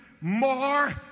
more